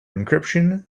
encryption